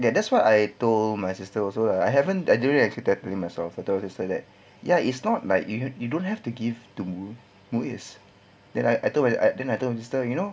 ya that's what I told my sister also lah I haven't actually talk to him myself ya it's not like you you don't have to give to M_U_I_S then I I told my dad I told my sister you know